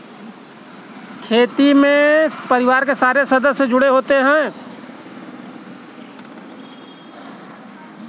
खेती में परिवार के सारे सदस्य जुड़े होते है